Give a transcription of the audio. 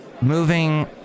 moving